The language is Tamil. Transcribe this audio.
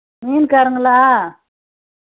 மீன்காரங்களா